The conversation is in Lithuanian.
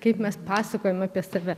kaip mes pasakojam apie save